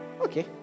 Okay